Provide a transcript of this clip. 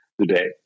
today